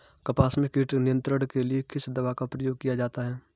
कपास में कीट नियंत्रण के लिए किस दवा का प्रयोग किया जाता है?